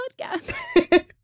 podcast